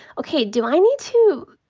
okay, do i need to,